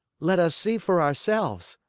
let us see for ourselves.